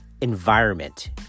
environment